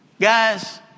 Guys